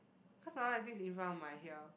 because my one I think it's in front of my here